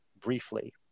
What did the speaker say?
briefly